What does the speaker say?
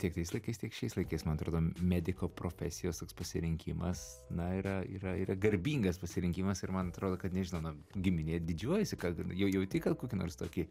tiek tais laikais tiek šiais laikais man atrodo mediko profesijos pasirinkimas na yra yra yra garbingas pasirinkimas ir man atrodo kad nežinau na giminė didžiuojasi kad jau jauti kokį nors tokį